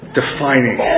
defining